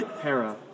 Para